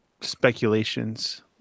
speculations